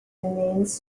remains